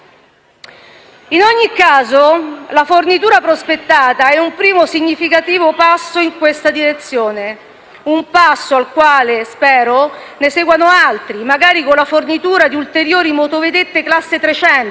In ogni caso, la fornitura prospettata è un primo significativo passo in questa direzione. Un passo al quale, spero, ne seguano altri, magari con la fornitura di ulteriori motovedette classe 300,